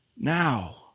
Now